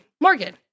Morgan